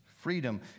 Freedom